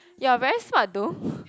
you are very smart though